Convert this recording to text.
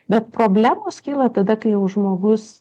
bet problemos kyla tada kai jau žmogus